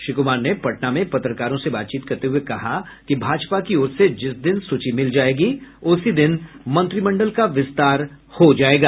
श्री कुमार ने पटना में पत्रकारों से बातचीत करते हुये कहा कि भाजपा की ओर से जिस दिन सूची मिल जायेगी उसी दिन मंत्रिमंडल का विस्तार हो जायेगा